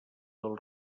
del